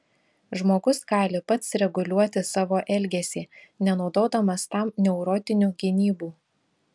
žmogus gali pats reguliuoti savo elgesį nenaudodamas tam neurotinių gynybų